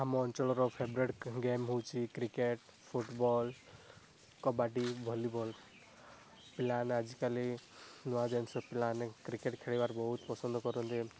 ଆମ ଅଞ୍ଚଳର favourite game ହଉଛି କ୍ରିକେଟ୍ ଫୁଟବଲ୍ କବାଡ଼ି ଭଲିବଲ୍ ପିଲାମାନେ ଆଜିକାଲି ନୂଆ ଜିନିଷ ପିଲାମାନେ କ୍ରିକେଟ୍ ଖେଳିବାକୁ ବହୁତ ପସନ୍ଦ କରନ୍ତି